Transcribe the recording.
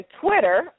Twitter